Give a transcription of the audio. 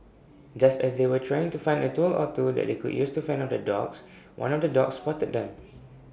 just as they were trying to find A tool or two that they could use to fend off the dogs one of the dogs spotted them